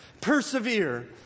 Persevere